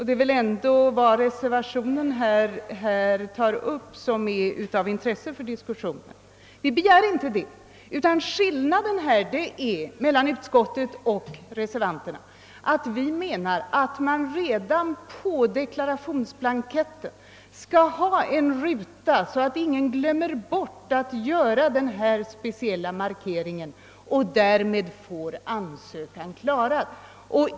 Det är väl ändå det som skrives i reservationen som är av intresse för diskussionen. Skillnaden mellan utskottsmajoriteten och reservanternas uppfattning är att vi anser att det på själva deklarationsblanketten skall finnas en ruta för detta ändamål så att ingen glömmer bort denna markering.